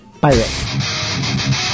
pirate